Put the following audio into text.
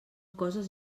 coses